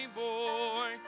boy